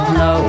no